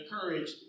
courage